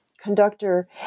conductor